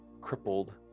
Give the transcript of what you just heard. crippled